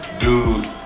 Dude